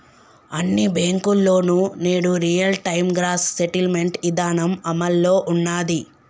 అన్ని బ్యేంకుల్లోనూ నేడు రియల్ టైం గ్రాస్ సెటిల్మెంట్ ఇదానం అమల్లో ఉన్నాది